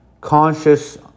conscious